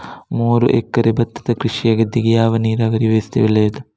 ಮೂರು ಎಕರೆ ಭತ್ತದ ಕೃಷಿಯ ಗದ್ದೆಗೆ ಯಾವ ನೀರಾವರಿ ವ್ಯವಸ್ಥೆ ಒಳ್ಳೆಯದು?